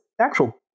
actual